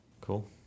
cool